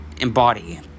embody